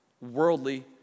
worldly